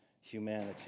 humanity